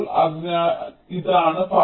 അതിനാൽ ഇതാണ് പാത